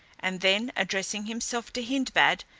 and then addressing himself to hindbad,